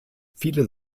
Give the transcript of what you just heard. viele